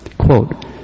quote